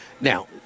now